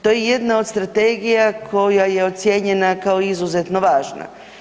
To je jedna od strategija koja je ocijenjena kao izuzetno važna.